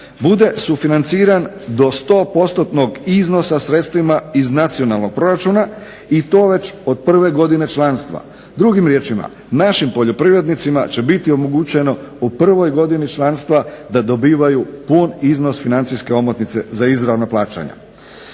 bude financiran do 100%-nog iznosa sredstvima iz nacionalnog proračuna i to već od prve godine članstva. Drugim riječima, našim poljoprivrednicima će biti omogućeno u prvog godini članstva da dobivaju pun iznos financijske omotnice za izravna plaćanja,